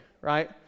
Right